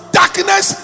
darkness